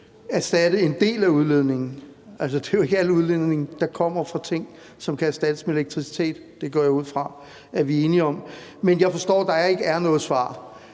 kun erstatte en del af udledningen. Altså, det er jo ikke al udledning, der kommer fra ting, som kan erstattes med elektricitet. Det går jeg ud fra at vi er enige om. Men jeg forstår, at der ikke er noget svar.